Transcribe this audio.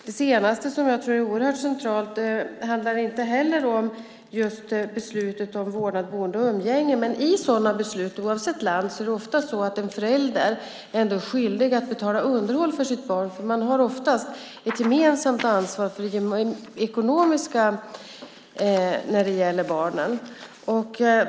Det senaste, som jag tror är oerhört centralt, handlar inte heller just om beslutet om vårdnad, boende och umgänge. Men i sådana beslut, oavsett land, är det oftast så att en förälder ändå är skyldig att betala underhåll för sitt barn eftersom föräldrarna oftast har ett gemensamt ansvar för det ekonomiska när det gäller barnen.